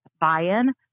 buy-in